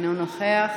אינו נוכח,